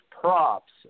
props